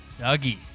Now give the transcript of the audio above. Dougie